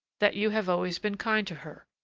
that you have always been kind to her,